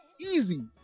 easy